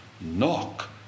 Knock